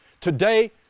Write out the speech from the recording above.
Today